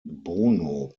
bono